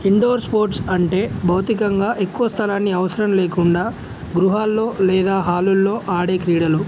indoor sports అంటే భౌతికంగా ఎక్కువ స్థలాన్ని అవసరం లేకుండా గృహాల్లో లేదా హలుల్లో ఆడే క్రీడలు